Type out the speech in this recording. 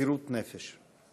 מסירות נפש.